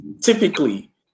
typically